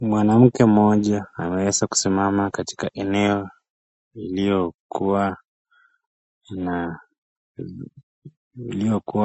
Mwanamke mmoja anaweza kusimama katika eneo iliyokuwa